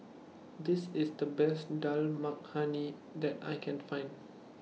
This IS The Best Dal Makhani that I Can Find